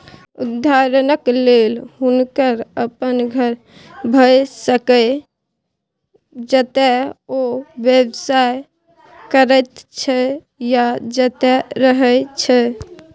उदहारणक लेल हुनकर अपन घर भए सकैए जतय ओ व्यवसाय करैत छै या जतय रहय छै